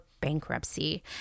bankruptcy